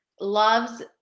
loves